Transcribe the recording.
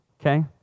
okay